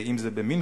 אם זה במינכן,